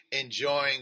enjoying